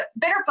bigger